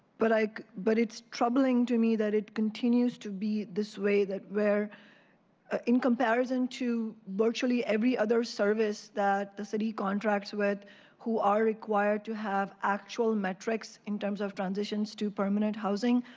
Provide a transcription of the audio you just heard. but like but it's troubling to me that it continues to be this way where ah in comparison to virtually every other service that the city contracts with who are required to have actual metrics in terms of transitions to permanent housing.